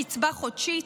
קצבה חודשית,